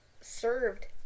served